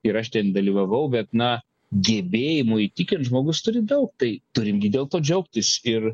ir aš ten dalyvavau bet na gebėjimo įtikint žmogus turi daug tai turime dėl to džiaugtis ir